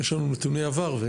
יש לנו נתוני עבר.